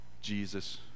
jesus